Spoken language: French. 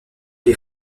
des